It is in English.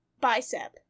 Bicep